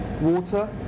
water